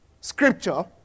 scripture